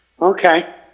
Okay